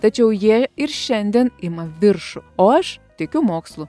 tačiau jie ir šiandien ima viršų o aš tikiu mokslu